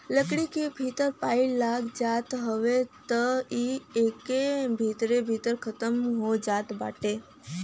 लकड़ी के भीतर पाई लाग जात हवे त इ एके भीतरे भीतर खतम हो जात बाटे